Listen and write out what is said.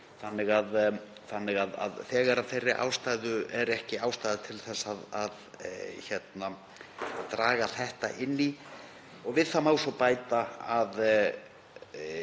þannig að þegar af þeirri ástæðu er ekki ástæða til að draga þetta inn í. Við það má svo bæta að